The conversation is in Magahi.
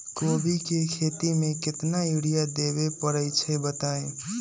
कोबी के खेती मे केतना यूरिया देबे परईछी बताई?